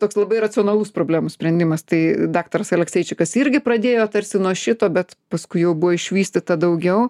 toks labai racionalus problemų sprendimas tai daktaras alekseičikas irgi pradėjo tarsi nuo šito bet paskui jau buvo išvystyta daugiau